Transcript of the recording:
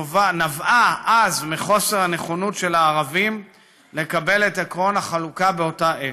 נבעה אז מחוסר הנכונות של הערבים לקבל את עקרון החלוקה באותה העת.